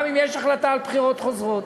גם אם יש החלטה על בחירות חוזרות,